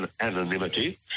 anonymity